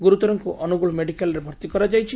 ଗୁରୁତରଙ୍କୁ ଅନୁଗୋଳ ମେଡିକାଲରେ ଭର୍ତ୍ତି କରାଯାଇଛି